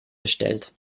bestellt